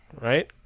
right